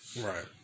Right